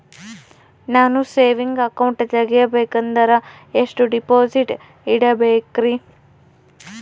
ನಾನು saving account ತೆಗಿಬೇಕಂದರ ಎಷ್ಟು ಡಿಪಾಸಿಟ್ ಇಡಬೇಕ್ರಿ?